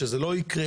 שזה לא יקרה,